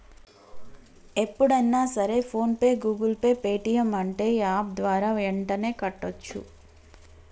ఎప్పుడన్నా సరే PhonePe Google Pay Paytm అంటే యాప్ ద్వారా యెంటనే కట్టోచ్చు